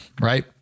Right